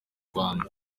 rwanda